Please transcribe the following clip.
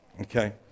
Okay